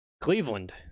cleveland